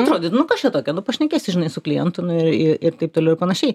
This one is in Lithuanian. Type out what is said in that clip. atrodai nu kas čia tokio nu pašnekėti žinai su klientu nu ir ir taip toliau ir panašiai